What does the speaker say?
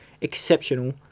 exceptional